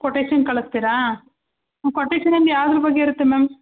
quotation ಕಳಸ್ತೀರಾ ಹ್ಞೂ ಕೊಟೇಶನಲ್ ಯಾವ್ದ್ರ ಬಗ್ಗೆ ಇರತ್ತೆ ಮ್ಯಾಮ್